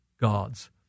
gods